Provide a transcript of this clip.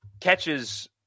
catches